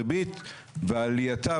הריבית ועלייתה,